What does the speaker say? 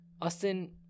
Austin